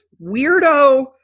weirdo